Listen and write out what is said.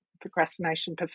procrastination